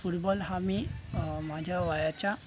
football हा मी माझ्या वयाच्या